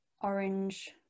orange